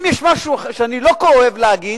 אם יש משהו שאני לא כל כך אוהב להגיד